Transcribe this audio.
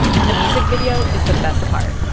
and the music video is the best part.